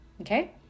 okay